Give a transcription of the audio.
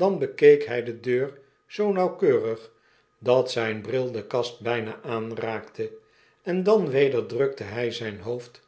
dan bekeek hy de deur zoo nauwkeurig dat zyn brilde kastbyna aanraakte en dan weder drukte hy zyn hoofd